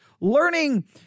learning